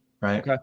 Right